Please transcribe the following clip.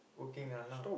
working ah now